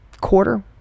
quarter